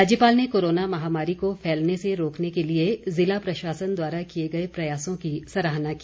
राज्यपाल ने कोरोना महामारी को फैलने से रोकने के लिए जिला प्रशासन द्वारा किए गए प्रयासों की सराहना की